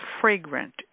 fragrant